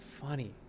funny